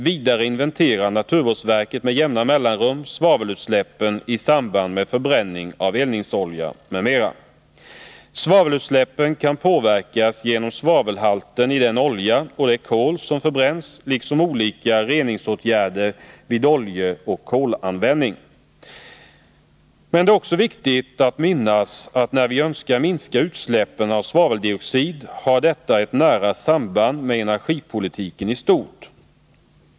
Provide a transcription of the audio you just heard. Vidare inventerar naturvårdsverket med jämna mellanrum svavelutsläppen i samband med förbränning av eldningsolja m.m. Svavelutsläppen kan påverkas genom svavelhalten i den olja och det kol som förbränns, liksom genom olika reningsåtgärder vid oljeoch kolanvändning. Men det är också viktigt att minnas att när vi önskar minska utsläppen av svaveldioxid har detta ett nära samband med energipolitiken i stort.